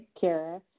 Kara